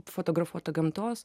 fotografuota gamtos